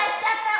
בתי ספר,